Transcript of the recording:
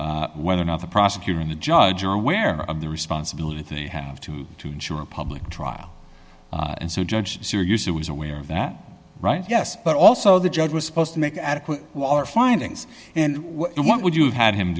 is whether or not the prosecutor and the judge are aware of the responsibility you have to to ensure a public trial and so judge serious i was aware of that right yes but also the judge was supposed to make adequate our findings and what would